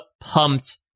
pumped